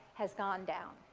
has gone down.